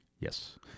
Yes